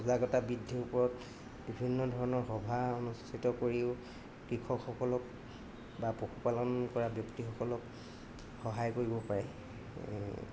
সজাগতা বৃদ্ধিৰ ওপৰত বিভিন্ন ধৰণৰ সভা অনুষ্ঠিত কৰিও কৃষকসকলক বা পশুপালন কৰা ব্যক্তিসকলক সহায় কৰিব পাৰে